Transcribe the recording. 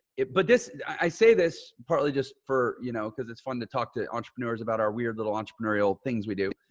but this, i say this partly just for, you know, cause it's fun to talk to entrepreneurs about our weird little entrepreneurial things we do,